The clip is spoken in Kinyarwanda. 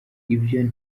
ibyo